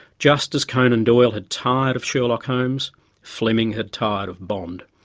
just as conan doyle had tired of sherlock holmes fleming had tired of bond.